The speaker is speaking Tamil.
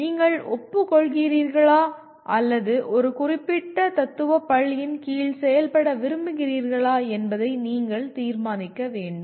நீங்கள் ஒப்புக்கொள்கிறீர்களா அல்லது ஒரு குறிப்பிட்ட தத்துவ பள்ளியின் கீழ் செயல்பட விரும்புகிறீர்களா என்பதை நீங்கள் தீர்மானிக்க வேண்டும்